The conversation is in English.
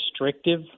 restrictive